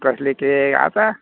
कसले ते आसा